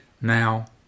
now